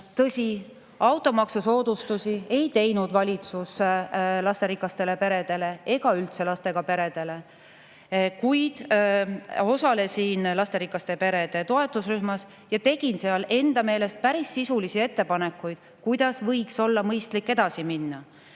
tõsi, automaksu soodustusi ei teinud valitsus lasterikastele peredele ega üldse lastega peredele, kuid osalesin lasterikaste perede toetusrühmas ja tegin seal enda meelest päris sisulisi ettepanekuid, kuidas võiks olla mõistlik edasi minna.